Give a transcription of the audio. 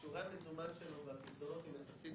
שעורי המוזמן שלו והפיקדונות הם יחסית